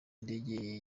indege